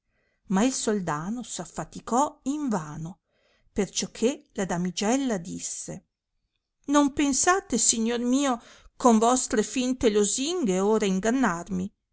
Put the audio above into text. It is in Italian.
ma il soldano s affaticò in vano perciò che la damigella disse non pensate signor mio con vostre finte losinghe ora ingannarmi